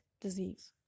disease